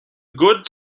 good